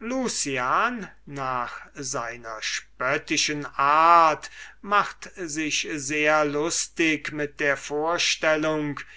lucian nach seiner spöttischen art macht sich sehr lustig mit der vorstellung